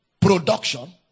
Production